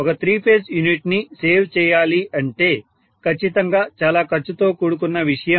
ఒక three phase unit ని save చేయాలి అంటే ఖచ్చితంగా చాలా ఖర్చుతో కూడుకున్న విషయం